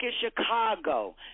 Chicago